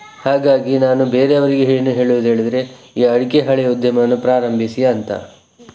ಹಾಗಾಗಿ ನಾನು ಬೇರೆಯವರಿಗೆ ಏನು ಹೇಳುವುದು ಹೇಳಿದರೆ ಈ ಅಡಿಕೆ ಹಾಳೆಯ ಉದ್ಯಮವನ್ನು ಪ್ರಾರಂಭಿಸಿ ಅಂತ